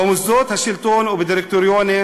במוסדות השלטון ובדירקטוריונים,